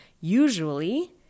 usually